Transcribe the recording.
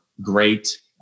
great